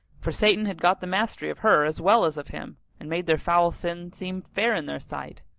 for satan had got the mastery of her as well as of him and made their foul sin seem fair in their sight.